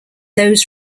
those